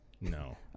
No